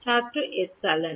ছাত্র এপসিলন